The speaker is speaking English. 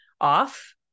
off